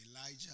Elijah